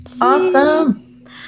Awesome